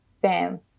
bam